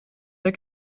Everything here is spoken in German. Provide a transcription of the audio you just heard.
der